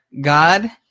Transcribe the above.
God